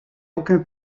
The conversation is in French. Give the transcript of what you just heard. aucun